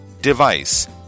Device